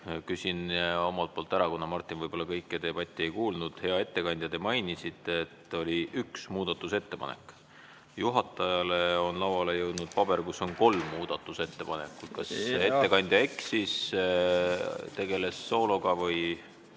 küsin omalt poolt ära, kuna Martin võib-olla kogu debatti ei kuulnud: hea ettekandja, te mainisite, et oli üks muudatusettepanek. Juhatajale on lauale jõudnud paber, kus on kolm muudatusettepanekut. Kas ettekandja eksis, tegeles soologa või